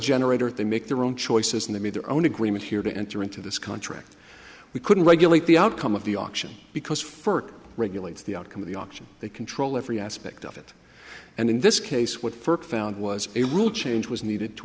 generator if they make their own choices in the me their own agreement here to enter into this contract we couldn't regulate the outcome of the auction because first regulates the outcome of the auction they control every aspect of it and in this case what first found was a rule change was needed to